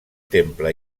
temple